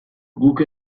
guk